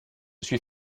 suis